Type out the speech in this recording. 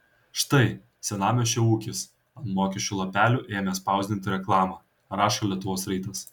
štai senamiesčio ūkis ant mokesčių lapelių ėmė spausdinti reklamą rašo lietuvos rytas